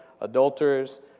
adulterers